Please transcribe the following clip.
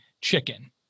chicken